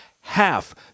half